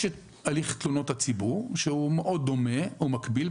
יש את הליך תלונות הציבור שהוא מאוד דומה או מקביל,